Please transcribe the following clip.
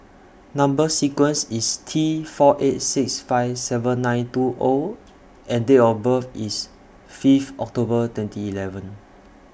Number sequence IS T four eight six five seven nine two O and Date of birth IS Fifth October twenty eleven